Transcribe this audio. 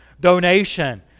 donation